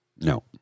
No